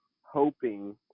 hoping